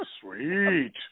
Sweet